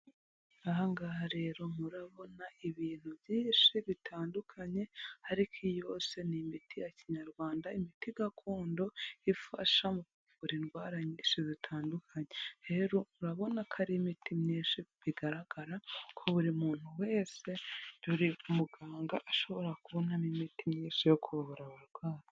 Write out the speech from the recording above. Aha ngaha rero murabona ibintu byinshi bitandukanye, ariko iyi yose ni imiti ya kinyarwanda, imiti gakondo ifasha mu kuvura indwara nyinshi zitandukanye. Rero urabona ko ari imiti myinshi bigaragara ko buri muntu wese dore muganga ashobora kubonamo imiti myinshi yo kuvura abarwayi.